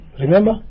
Remember